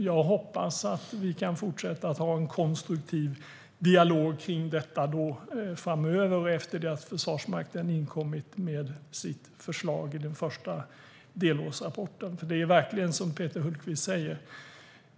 Jag hoppas att vi kan fortsätta att ha en konstruktiv dialog kring detta framöver och efter det att Försvarsmakten har inkommit med sitt förslag i den första delårsrapporten. Det är verkligen som Peter Hultqvist säger.